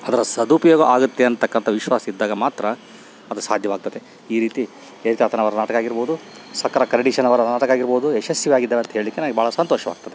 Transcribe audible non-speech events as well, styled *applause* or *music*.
ಅದರ ಸದುಪಯೋಗ ಆಗುತ್ತೆ ಅಂತಕಂಥ ವಿಶ್ವಾಸ ಇದ್ದಾಗ ಮಾತ್ರ ಅದು ಸಾಧ್ಯವಾಗ್ತದೆ ಈ ರೀತಿ *unintelligible* ತಾತನವರ ನಾಟಕವಾಗಿರ್ಬೋದು ಸಕ್ಕರೆ ಕರಡೀಶನವರ ನಾಟಕ ಆರ್ಬೋದು ಯಶಸ್ವಿ ಆಗಿದ್ದಾವೆ ಅಂತೇಳ್ಲಿಕ್ಕೆ ನಂಗೆ ಭಾಳ ಸಂತೋಷವಾಗ್ತದೆ